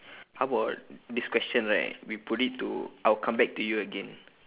how about this question right we put it to I would come back to you again